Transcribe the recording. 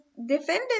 Defended